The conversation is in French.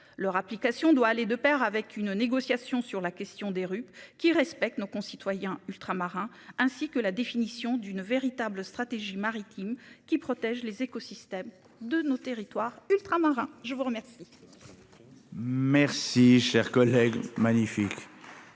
leur application doit aller de Pair avec une négociation sur la question des rues qui respectent nos concitoyens ultramarins ainsi que la définition d'une véritable stratégie maritime qui protège les écosystèmes de nos territoires ultramarins. Je vous remercie. Merci cher collègue magnifique.